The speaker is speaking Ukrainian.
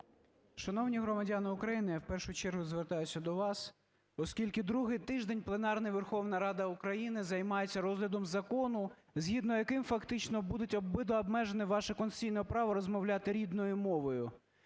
Шановні громадяни України, я, в першу чергу, звертаюся до вас. Оскільки другий тиждень пленарний Верховна Рада України займається розглядом закону, згідно з яким фактично буде обмежене ваше конституційне право розмовляти рідною мовою.